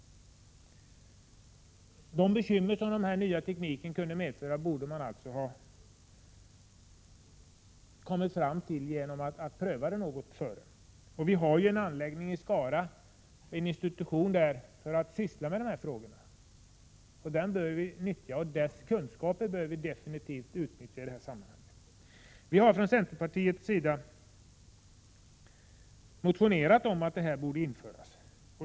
De bekymmer som den nya tekniken kunde medföra borde man ha kunnat förutse genom att pröva den, innan den togs i bruk. I Skara finns det en institution som arbetar med dessa frågor. Denna institutions kunskaper bör vi absolut utnyttja i detta sammanhang. Vi har från centerpartiets sida motionerat om att förprövning borde införas.